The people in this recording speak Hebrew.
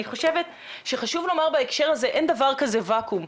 חושבת שחשוב לומר בהקשר הזה שאין דבר כזה ואקום.